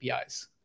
APIs